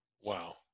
Wow